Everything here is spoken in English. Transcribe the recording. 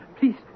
please